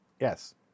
Yes